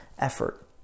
effort